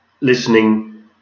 listening